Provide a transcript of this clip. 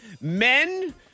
Men